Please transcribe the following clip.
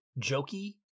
jokey